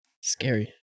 scary